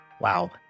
wow